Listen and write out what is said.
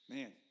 Man